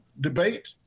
debate